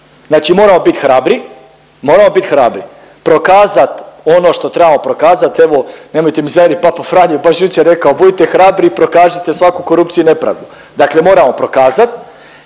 Znači moramo bit hrabri, moramo bit hrabri. Prokazat ono što trebamo prokazat, evo nemojte mi zamjerit papa Franjo je baš jučer rekao budite hrabri i prokažite svaku korupciju i nepravdu. Dakle moramo prokazat